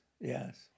yes